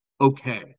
okay